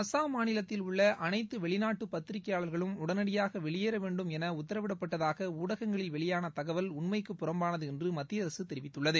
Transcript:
அசாம் மாநிலத்தில் உள்ள அனைத்து வெளிநாட்டு பத்திரிகையாளர்களும் உடனடியாக வெளியேற வேண்டும் என உத்தரவிடப்பட்டதாக ஊடகங்களில் வெளியான தகவல் உண்மைக்கு புறம்பானது என்று மத்திய அரசு தெரிவித்துள்ளது